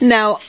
Now